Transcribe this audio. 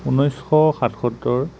ঊনৈছশ সাতসত্তৰ